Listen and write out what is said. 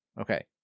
okay